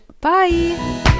Bye